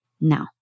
Now